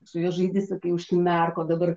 su juo žaidi sakai užsimerk o dabar